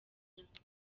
nyakuri